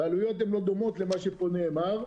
והעלויות לא דומות למה שנאמר פה.